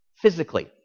Physically